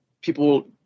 People